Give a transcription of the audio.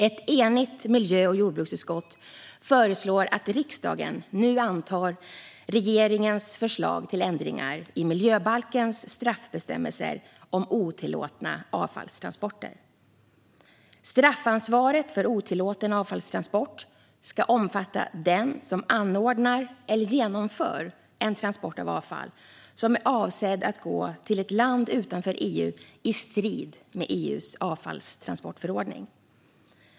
Ett enigt miljö och jordbruksutskott föreslår att riksdagen antar regeringens förslag till ändringar i miljöbalkens straffbestämmelser om otillåtna avfallstransporter. Straffansvaret för otillåten avfallstransport ska omfatta den som anordnar eller genomför en transport av avfall som är avsedd att gå till ett land utanför EU i strid med EU:s avfallstransportförordning.